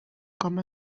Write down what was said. com